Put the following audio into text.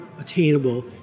attainable